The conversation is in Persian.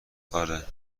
آره